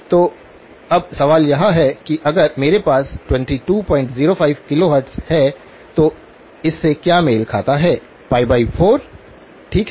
तो अब सवाल यह है कि अगर मेरे पास 2205 किलोहर्ट्ज़ है तो इससे क्या मेल खाता है 4 ठीक है